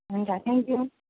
हुन्छ thank you